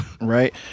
Right